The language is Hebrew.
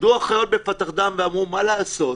גירדו החיות בפדחתן ואמרו, מה לעשות?